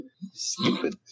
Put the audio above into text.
Stupid